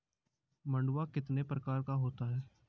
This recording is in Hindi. मंडुआ कितने प्रकार का होता है?